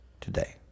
today